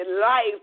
life